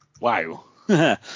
Wow